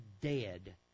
dead